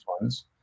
ones